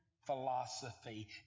philosophy